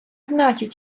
значить